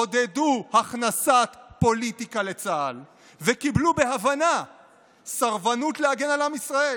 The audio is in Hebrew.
עודדו הכנסת פוליטיקה לצה"ל וקיבלו בהבנה סרבנות להגן על עם ישראל.